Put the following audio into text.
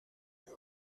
n’ai